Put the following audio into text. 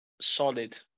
solid